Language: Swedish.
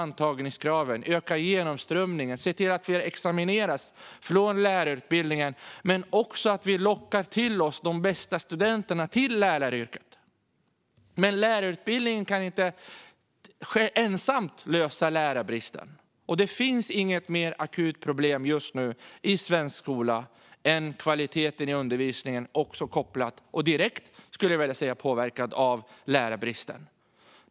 Antagningskraven måste skärpas, och genomströmningen måste öka. Fler måste examineras från lärarutbildningen, och de bästa studenterna måste lockas till läraryrket. Men lärarutbildningen kan inte ensam lösa lärarbristen. Det finns just nu inget mer akut problem i svensk skola än kvaliteten på undervisningen, vilken är kopplad till - och, skulle jag vilja säga, direkt påverkad av - lärarbristen.